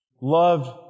loved